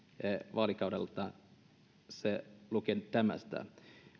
vaalikaudelta siellä lukee tämmöistä